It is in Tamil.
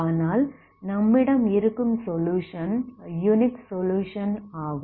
ஆனால் நம்மிடம் இருக்கும் சொலுயுஷன் யுனிக் சொலுயுஷன் ஆகும்